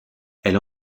elle